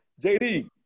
JD